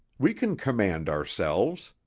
we can command ourselves.